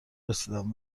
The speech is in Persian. رسیدن